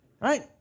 Right